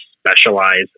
specialize